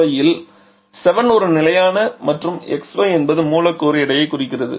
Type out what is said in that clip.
R7xy யில் 7 ஒரு நிலையான மற்றும் இந்த xy என்பது மூலக்கூறு எடையைக் குறிக்கிறது